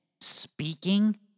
speaking